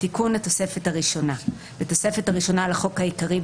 תיקון התוספת הראשונה 5. בתוספת הראשונה לחוק העיקרי,